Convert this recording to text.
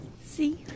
See